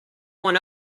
one